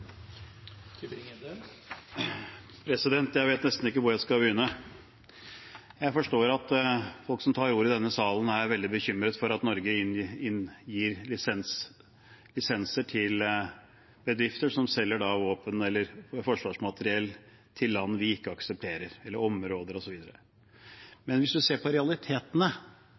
Jeg vet nesten ikke hvor jeg skal begynne. Jeg forstår jo at folk som tar ordet i denne salen, er veldig bekymret for at Norge gir lisenser til bedrifter som selger våpen eller forsvarsmateriell til land eller områder osv. vi ikke aksepterer. Men hvis vi ser på realitetene,